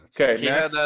Okay